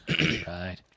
Right